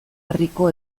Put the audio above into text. herriko